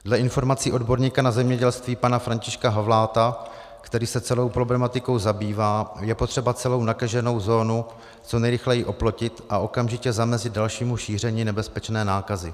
Dle informací odborníka na zemědělství pana Františka Havláta, který se celou problematikou zabývá, je potřeba celou nakaženou zónu co nejrychleji oplotit a okamžitě zamezit dalšímu šíření nebezpečné nákazy.